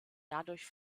dadurch